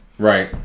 Right